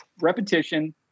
repetition